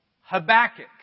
Habakkuk